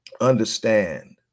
understand